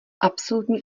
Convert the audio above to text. absolutní